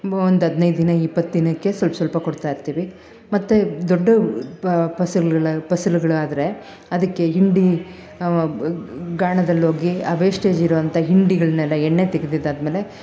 ಒಂದು ಹದಿನೈದು ದಿನ ಇಪ್ಪತ್ತು ದಿನಕ್ಕೆ ಸ್ವಲ್ಪ ಸ್ವಲ್ಪ ಕೊಡ್ತಾ ಇರ್ತೀವಿ ಮತ್ತು ದೊಡ್ಡ ಪ ಫಸಲುಗಳ ಫಸಲುಗಳಾದರೆ ಅದಕ್ಕೆ ಹಿಂಡಿ ಗಾಣದಲ್ಲೋಗಿ ಆ ವೇಷ್ಟೇಜಿರೋಂಥ ಹಿಂಡಿಗಳನ್ನೆಲ್ಲ ಎಣ್ಣೆ ತೆಗಿದಿದಾದ್ಮೇಲೆ